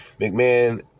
McMahon